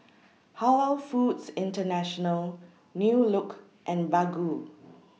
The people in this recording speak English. Halal Foods International New Look and Baggu